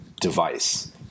device